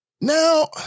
Now